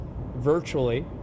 virtually